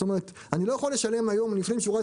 זאת אומרת אני לא יכול לשלם היום לפנים משורת